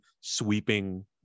sweeping